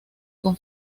con